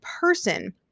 person